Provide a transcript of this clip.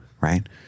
Right